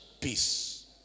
peace